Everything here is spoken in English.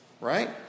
right